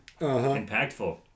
Impactful